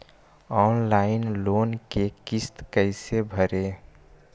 Online loan के किस्त कैसे भरे?